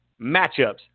matchups